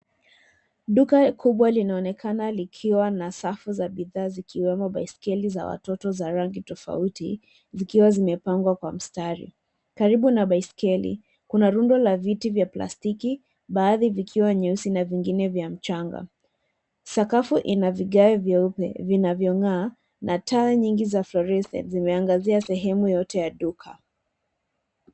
Duka kubwa linaonekana likiwa na safu za bidhaa zikiwemo baiskeli za watoto za rangi tofauti zikiwa zimepangwa kwa mstari. Karibu na baiskeli, kuna rundo la viti vya plastiki baadhi vikiwa nyeusi na vingine vya mchanga. Sakafu ina vigae vyeupe vinavyong'aa na taa nyingi za fluorescent zimeangazia sehemu yote ya duka.